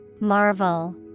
Marvel